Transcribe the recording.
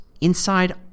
inside